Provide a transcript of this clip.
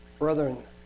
Brethren